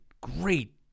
great